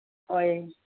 ꯍꯣꯏ